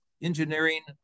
engineering